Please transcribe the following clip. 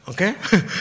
okay